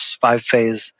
five-phase